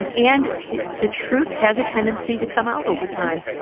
um and the truth has a tendency to come out over time.